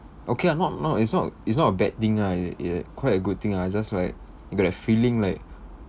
okay ah not not it's not it's not a bad thing ah it a it a quite a good thing ah it's just like you got that feeling like